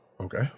Okay